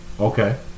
Okay